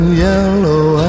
yellow